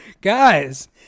Guys